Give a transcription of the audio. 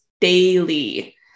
daily